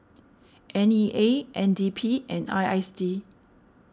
N E A N D P and I S D